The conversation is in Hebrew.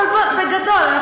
אבל בגדול,